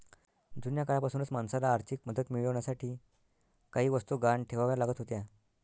जुन्या काळापासूनच माणसाला आर्थिक मदत मिळवण्यासाठी काही वस्तू गहाण ठेवाव्या लागत होत्या